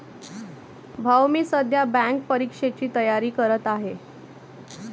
भाऊ मी सध्या बँक परीक्षेची तयारी करत आहे